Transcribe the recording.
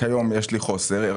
כיום יש לי חוסר.